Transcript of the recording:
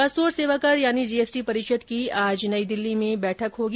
वस्तु और सेवा कर यानि जीएसटी परिषद की आज नई दिल्ली में बैठक होगी